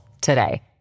today